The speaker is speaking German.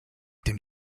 dem